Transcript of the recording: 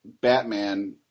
batman